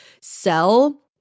sell